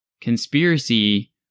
conspiracy